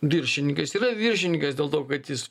viršininkas yra viršininkas dėl to kad jis